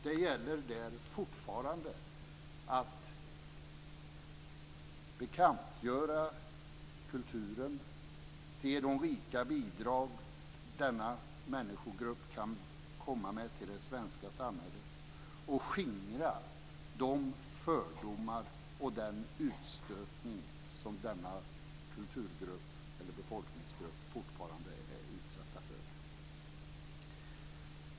Där gäller det fortfarande att bekantgöra kulturen, se de rika bidrag denna människogrupp kan komma med till det svenska samhället och skingra de fördomar och den utstötning som denna befolkningsgrupp fortfarande utsätts för.